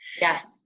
Yes